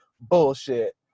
bullshit